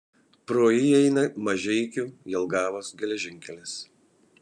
pro jį eina mažeikių jelgavos geležinkelis